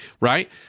right